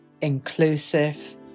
inclusive